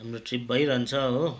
हाम्रो ट्रिप भइरहन्छ हो